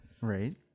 Right